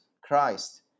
Christ